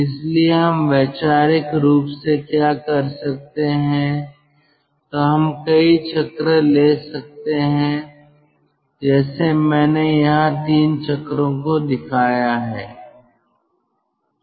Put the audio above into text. इसलिए हम वैचारिक रूप से क्या कर सकते हैं तो हम कई चक्र ले सकते हैं जैसे मैंने यहां तीन चक्रों को दिखाया है